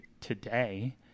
today